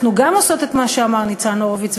אנחנו גם עושות את מה שאמר ניצן הורוביץ,